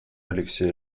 алексей